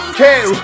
two